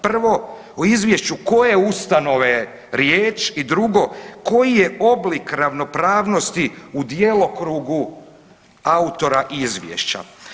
Prvo, u izvješću koje ustanove je riječ i drugo koji je oblik ravnopravnosti u djelokrugu autora izvješća?